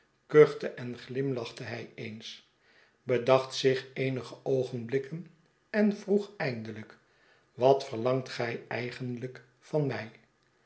kuchte en glimlachte hij eens bedacht zich eenige oogenblikken en vroeg eindelijk wat verlangt gij eigenlyk van mij